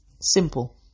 Simple